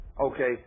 Okay